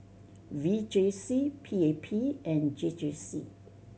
V J C P A P and J J C